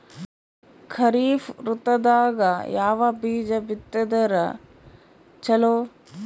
ಖರೀಫ್ ಋತದಾಗ ಯಾವ ಬೀಜ ಬಿತ್ತದರ ಚಲೋ?